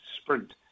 sprint